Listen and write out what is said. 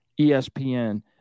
ESPN